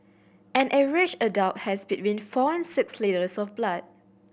an average adult has been four and six litres of blood